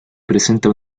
presenta